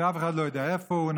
ואף אחד לא יודע איפה הוא.